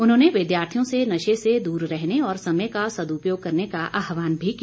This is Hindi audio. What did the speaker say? उन्होंने विद्यार्थियों से नशे से दूर रहने और समय का सदुपयोग करने का आहवान भी किया